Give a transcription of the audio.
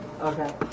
Okay